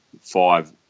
five